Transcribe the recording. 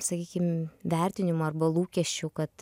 sakykim vertinimų arba lūkesčių kad